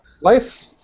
Life